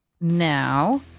now